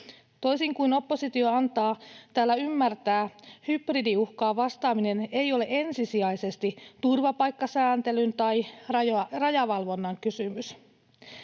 Toisin kuin oppositio antaa täällä ymmärtää, hybridiuhkaan vastaaminen ei ole ensisijaisesti turvapaikkasääntelyn tai rajavalvonnan kysymys.